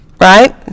right